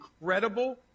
incredible